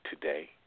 today